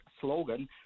slogan